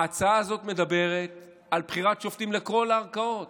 ההצעה הזאת מדברת על בחירות שופטים לכל הערכאות,